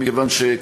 מכיוון ש,